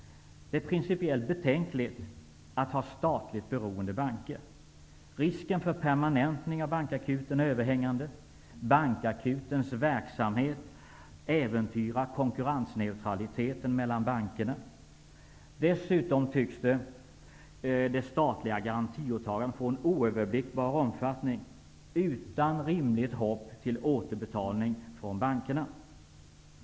Det är principiellt betänkligt att ha statligt beroende banker. Risken för en permanentning av Bankakuten är överhängande. Bankakutens verksamhet äventyrar konkurrensneutraliteten mellan bankerna. Dessutom tycks det statliga garantiåtagandet få en oöverblickbar omfattning utan rimligt hopp om återbetalning från bankerna.